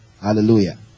Hallelujah